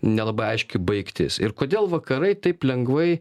nelabai aiški baigtis ir kodėl vakarai taip lengvai